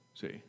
See